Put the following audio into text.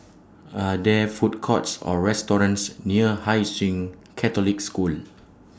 Are There Food Courts Or restaurants near Hai Sing Catholic School